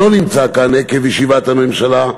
שלא נמצא כאן עקב ישיבת הממשלה,